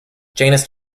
janis